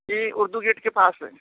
جی Urdu gate کے پاس ہے